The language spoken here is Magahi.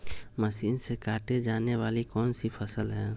मशीन से काटे जाने वाली कौन सी फसल है?